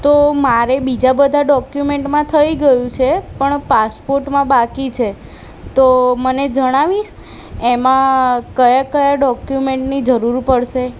તો મારે બીજા બધા ડોક્યુમેન્ટમાં થઈ ગયું છે પણ પાસપોર્ટમાં બાકી છે તો મને જણાવીશ એમાં કયા કયા ડોક્યુમેન્ટની જરૂર પડશે